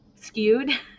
skewed